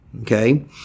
okay